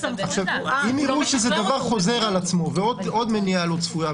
אם רואים שזה כל כך חוזר על עצמו ועוד מניעה לא צפויה,